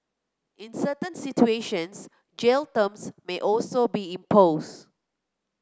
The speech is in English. in certain situations jail terms may also be imposed